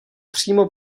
přímo